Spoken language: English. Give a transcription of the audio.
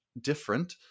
different